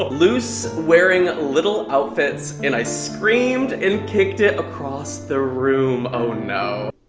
but loose, wearing little outfits and i screamed and kicked it across the room. oh, no.